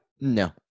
No